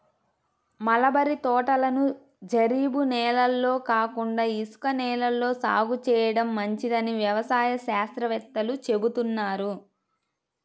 mulberry తోటలను జరీబు నేలల్లో కాకుండా ఇసుక నేలల్లో సాగు చేయడం మంచిదని వ్యవసాయ శాస్త్రవేత్తలు చెబుతున్నారు